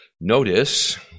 Notice